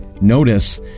Notice